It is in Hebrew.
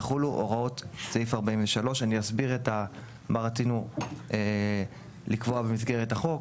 יחולו הוראות סעיף 43. אני אסביר מה רצינו לקבוע במסגרת החוק.